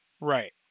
Right